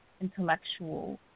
intellectual